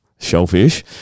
shellfish